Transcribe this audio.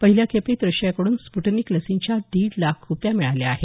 पहिल्या खेपेत रशियाकडून स्प्टनिक लसींच्या दीड लाख कृप्या मिळाल्या आहेत